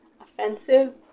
offensive